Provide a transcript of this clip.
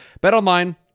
BetOnline